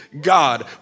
God